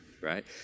right